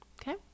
Okay